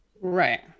Right